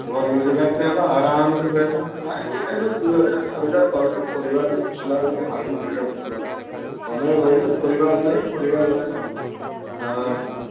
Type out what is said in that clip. ଭଲ୍ ରୋଜ୍ଗାର୍ଟେ ହେବା ଆରମ୍ରେ ରହିବ କାଇଁକି ଇଟା ସେ ଦୁଇ ହଜାର୍ ଚାର୍ ହଜାର୍ ପାଉଚ ପରିବାର୍କୁ ପୁଷ୍ଲା ବେଳ୍କେ ଭାରି ଭିଡ଼ ପଡ଼୍ବା ତମେ ରହିଲେ ପରିବାର୍ ନାଇଁ ପରିବାର୍ ରହିଲେ ହାଁ ହାଁ